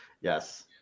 Yes